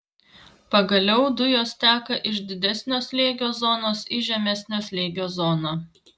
pagaliau dujos teka iš didesnio slėgio zonos į žemesnio slėgio zoną